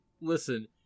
listen